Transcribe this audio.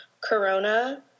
Corona